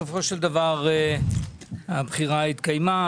בסופו של דבר הבחירה התקיימה.